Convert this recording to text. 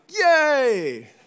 yay